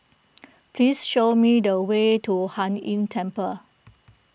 please show me the way to Hai Inn Temple